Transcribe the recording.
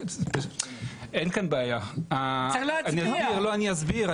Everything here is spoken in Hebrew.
אין כאן בעיה, אני אסביר,